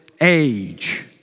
age